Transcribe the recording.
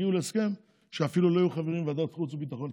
הגיעו להסכם שאפילו לא יהיו חברים בוועדת חוץ וביטחון?